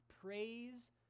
praise